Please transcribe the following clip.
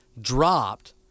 dropped